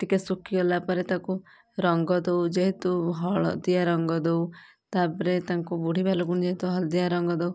ଟିକେ ଶୁଖିଗଲା ପରେ ତାକୁ ରଙ୍ଗ ଦଉ ଯେହେତୁ ହଳଦିଆ ରଙ୍ଗ ଦଉ ତାପରେ ତାଙ୍କୁ ବୁଢ଼ୀ ଭାଲୁକୁଣି ଯେହେତୁ ହଳଦିଆ ରଙ୍ଗ ଦଉ